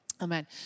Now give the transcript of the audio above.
Amen